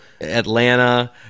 Atlanta